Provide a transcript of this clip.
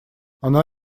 она